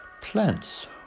Plants